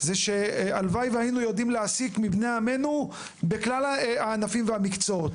היא שהלוואי והיינו יודעים להעסיק מבני עמנו בכלל הענפים והמקצועות.